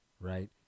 Right